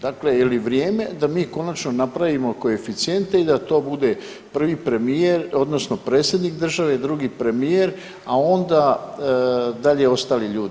Dakle, je li vrijeme da mi konačno napravimo koeficijente i da to bude prvi premijer odnosno predsjednik države, drugi premijer, a onda dalje ostali ljudi.